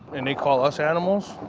and they call us animals